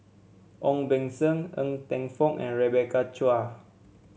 Ong Beng Seng Ng Teng Fong and Rebecca Chua